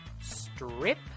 Strip